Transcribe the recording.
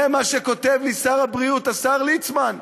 זה מה שכותב לי שר הבריאות, השר ליצמן.